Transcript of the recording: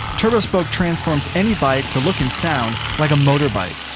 turbospoke transforms any bike to look and sound like a motorbike.